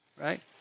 right